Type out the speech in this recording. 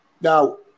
now